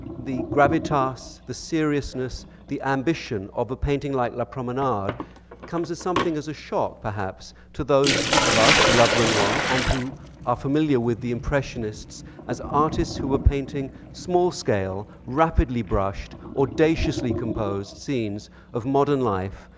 the gravitas, the seriousness, the ambition of a painting like la promenade comes as something of a shock perhaps to those of us who love renoir and who are familiar with the impressionists as artists who were painting small-scale, rapidly brushed, audaciously composed scenes of modern life,